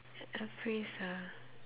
a phrase ah